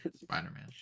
spider-man